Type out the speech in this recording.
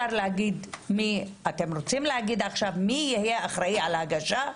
אפשר להגיד אתם רוצים להגיד עכשיו מי יהיה אחראי על ההגשה,